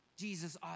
Jesus